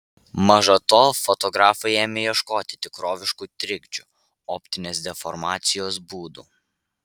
maža to fotografai ėmė ieškoti tikroviškų trikdžių optinės deformacijos būdų